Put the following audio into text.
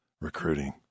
Recruiting